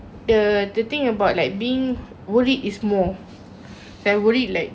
the the thing about like being worried is more than worried like